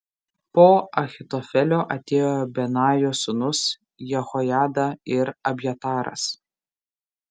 po ahitofelio atėjo benajo sūnus jehojada ir abjataras